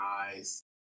eyes